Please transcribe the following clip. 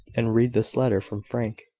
and read this letter from frank.